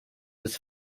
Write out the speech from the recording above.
was